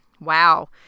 wow